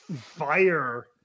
fire